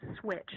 Switch